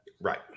Right